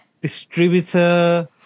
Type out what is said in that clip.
distributor